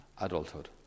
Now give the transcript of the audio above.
adulthood